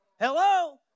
Hello